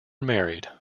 married